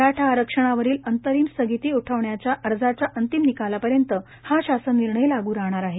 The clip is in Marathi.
मराठा आरक्षणावरील अंतरिम स्थगिती उठवण्याच्या अर्जाच्या अंतिम निकाला पर्यंत हा शासन निर्णय लागू राहणार आहे